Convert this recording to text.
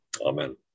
Amen